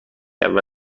اول